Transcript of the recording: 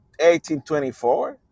1824